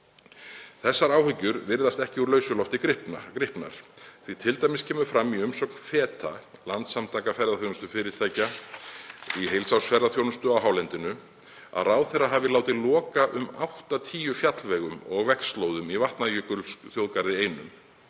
Þessar áhyggjur virðast ekki úr lausu lofti gripnar, því t.d. kemur fram í umsögn Feta, landssamtaka ferðaþjónustufyrirtækja í heilsársferðaþjónustu á hálendinu, að ráðherra hafi látið loka um 80 fjallvegum og vegslóðum í Vatnajökulsþjóðgarði einum.